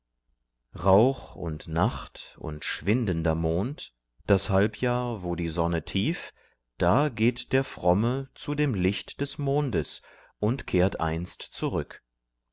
rauch und nacht und schwindender mond das halbjahr wo die sonne tief da geht der fromme zu dem licht des mondes und kehrt einst zurück